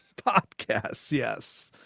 podcasts. yes,